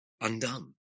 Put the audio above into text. undone